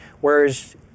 whereas